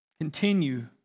continue